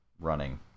running